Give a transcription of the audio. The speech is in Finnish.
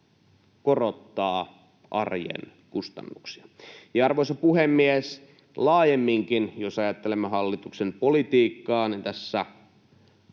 korottaa arjen kustannuksia. Arvoisa puhemies! Laajemminkin jos ajattelemme hallituksen politiikkaa, niin tässä